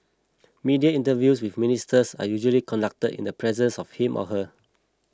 media interviews with Ministers are usually conducted in the presence of him or her